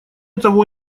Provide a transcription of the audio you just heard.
того